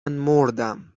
مردم